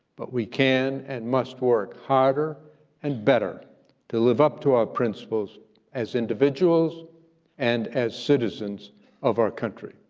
but we can and must work harder and better to live up to our principles as individuals and as citizens of our country.